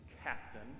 Captain